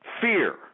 fear